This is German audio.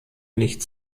nicht